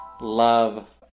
love